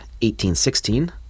1816